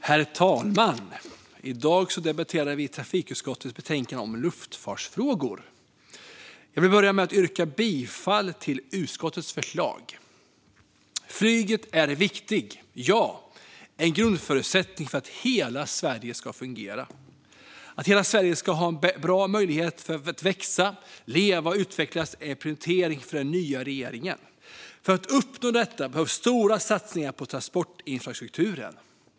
Herr talman! I dag debatterar vi trafikutskottets betänkande om luftfartsfrågor. Jag vill börja med att yrka bifall till utskottets förslag. Flyget är viktigt - ja, en grundförutsättning - för att hela Sverige ska fungera. Att hela Sverige ska ha bra möjligheter att växa, leva och utvecklas är en prioritering för den nya regeringen, och för att uppnå detta behövs stora satsningar på transportinfrastrukturen.